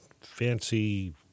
fancy